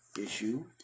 issue